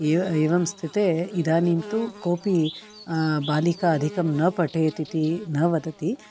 एव एवं स्थिते इदानीं तु कोपि बालिका अधिकं न पठेत् इति न वदति